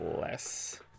less